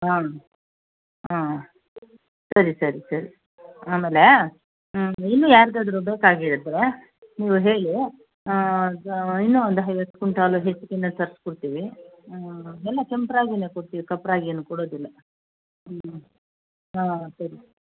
ಹಾಂ ಹಾಂ ಸರಿ ಸರಿ ಸರಿ ಆಮೇಲೆ ಹ್ಞೂ ಇನ್ನು ಯಾರಿಗಾದ್ರು ಬೇಕಾಗಿದ್ದರೆ ನೀವು ಹೇಳಿ ಈಗ ಇನ್ನೂ ಒಂದು ಐವತ್ತು ಕುಂಟಾಲು ಹೆಚ್ಚಿಗೆನೇ ತರಿಸ್ಕೊಡ್ತಿವಿ ಎಲ್ಲ ಕೆಂಪು ರಾಗಿನೇ ಕೊಡ್ತೀವಿ ಕಪ್ಪು ರಾಗಿ ಏನು ಕೊಡೋದಿಲ್ಲ ಹ್ಞೂ ಹಾಂ ಸರಿ